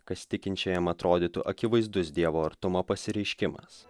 kas tikinčiajam atrodytų akivaizdus dievo artumo pasireiškimas